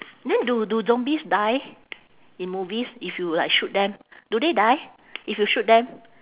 then do do zombies die in movies if you like shoot them do they die if you shoot them